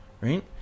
right